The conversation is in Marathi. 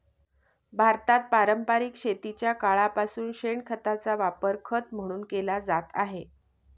भारतात पारंपरिक शेतीच्या काळापासून शेणखताचा वापर खत म्हणून केला जात आहे